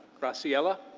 graciela?